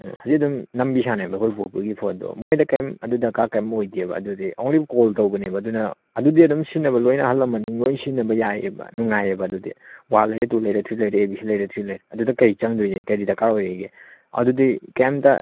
ꯍꯧꯖꯤꯛ ꯑꯗꯨꯝ ꯅꯝꯕꯤ ꯁꯥꯟꯅꯩꯑꯦꯕ ꯑꯩꯈꯣꯏ ꯕꯣꯛꯍꯣꯏꯒꯤ ꯐꯥꯟꯗꯣ ꯃꯣꯏꯗ ꯀꯩꯝ ꯑꯗꯨ ꯗ꯭ꯔꯀꯥꯔ ꯀꯩꯝ ꯑꯣꯏꯗꯦꯕ ꯑꯗꯨꯗꯤ ꯑꯣꯟꯂꯤ ꯀꯣꯜ ꯇꯧꯕꯅꯦꯕ ꯑꯗꯨꯅ ꯑꯗꯨꯗꯤ ꯑꯗꯨꯝ ꯁꯤꯖꯤꯟꯅꯕ ꯂꯣꯏꯅ ꯑꯍꯜ ꯂꯃꯟ ꯂꯣꯏꯅ ꯁꯤꯖꯤꯟꯅꯕ ꯌꯥꯏꯌꯦꯕ ꯅꯨꯉꯥꯏꯌꯦꯕ ꯑꯗꯨꯗꯤ ꯋꯥꯜ ꯂꯩꯔꯦ ꯇꯨ ꯂꯩꯔꯦ ꯊ꯭ꯔꯤ ꯂꯩꯔꯦ ꯑꯦ ꯕꯤ ꯁꯤ ꯂꯩꯔꯦ ꯊ꯭ꯔꯤ ꯂꯩꯔꯦ ꯑꯗꯨꯗ ꯀꯩ ꯆꯪꯗꯧꯔꯤꯒꯦ ꯀꯔꯤ ꯗ꯭ꯔꯀꯥꯔ ꯑꯣꯔꯤꯒꯦ ꯑꯗꯨꯗꯤ ꯀꯔꯤꯝꯇ